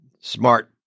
smart